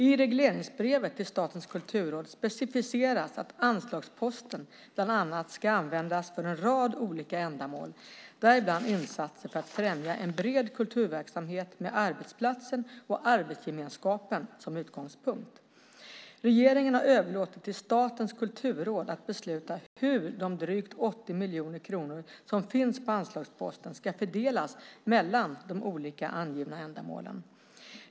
I regleringsbrevet till Statens kulturråd specificeras att anslagsposten bland annat ska användas för en rad olika ändamål, däribland insatser för att främja en bred kulturverksamhet med arbetsplatsen och arbetsgemenskapen som utgångspunkt. Regeringen har överlåtit till Statens kulturråd att besluta hur de drygt 80 miljoner kronor som finns på anslagsposten ska fördelas mellan de olika angivna ändamålen.